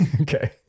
Okay